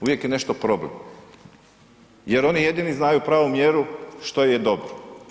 Uvijek je nešto problem jer oni jedini znaju pravu mjeru što je dobro.